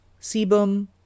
sebum